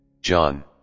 John